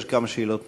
יש כמה שאלות נוספות.